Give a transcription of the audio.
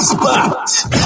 spot